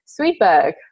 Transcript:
Sweetberg